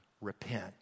Repent